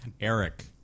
Eric